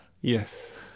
yes